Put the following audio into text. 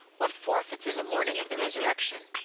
what forfeits in the morning of the resurrection?